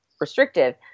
restrictive